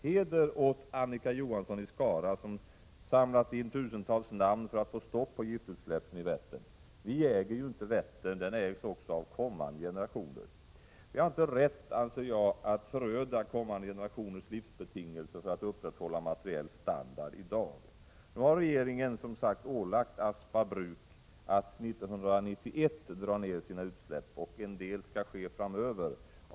Heder åt Annika Johansson i Skara som samlat in tusentals namn för att få stopp på giftutsläppen i Vättern! Vi äger ju inte Vättern. Den ägs också av kommande generationer. Vi har inte rätt, anser jag, att föröda kommande generationers livsbetingelser för att upprätthålla materiell standard i dag. Nu har regeringen som sagt ålagt Aspa bruk att 1991 dra ner sina utsläpp, och en del skall ske framöver.